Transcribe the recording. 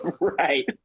Right